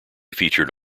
featured